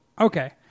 Okay